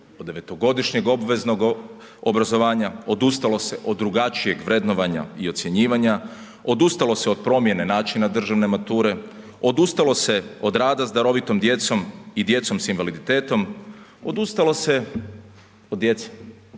od 9-godišnjeg obveznog obrazovanja, odustalo se od drugačijeg vrednovanja i ocjenjivanja, odustalo se od promjena načina državne mature, odustalo se od rada s darovitom djecom i djecom s invaliditetom, odustalo se od djece.